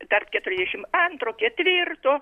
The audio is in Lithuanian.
tarp keturiasdešim antro ketvirto